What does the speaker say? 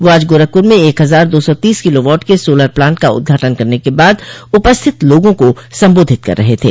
वह आज गोरखपुर में एक हजार दो सौ तीस किलोवाट के सोलर प्लांट का उदघाटन करने के बाद उपस्थित लोगों को संबोधित कर रहे थे